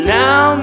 now